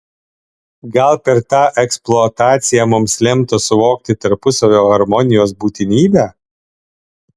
gal per tą eksploataciją mums lemta suvokti tarpusavio harmonijos būtinybę